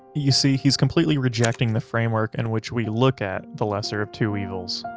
you see he's completely rejecting the framework in which we look at the lesser of two evils,